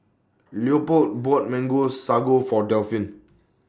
Leopold bought Mango Aago For Delphin